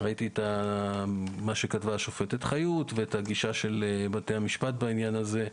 ראיתי את מה שכתבה השופטת חיות ואת הגישה של בתי המשפט בעניין הזה,